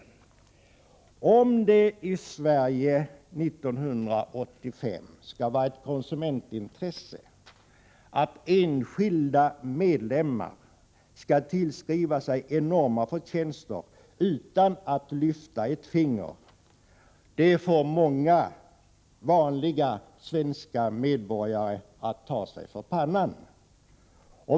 Om det i Sverige 1985 skall vara ett konsumentintresse att enskilda medlemmar skall tillskriva sig enorma förtjänster utan att lyfta ett finger, kommer det att få många vanliga svenska medborgare att ta sig för pannan.